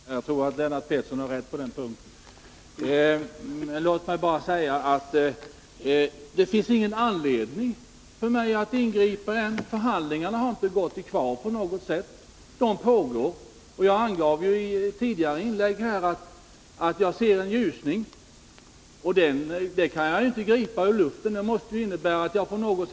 Herr talman! Nej, jag tror att Lennart Pettersson har rätt på den Låt mig bara säga att det inte finns någon anledning för mig att ingripa ännu. Förhandlingarna har inte gått i kvav. De pågår. Jag angav i ett tidigare inlägg att jag ser en ljusning. Det har jag naturligtvis inte gripit ur luften.